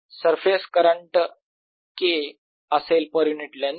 surface current K असेल per unit length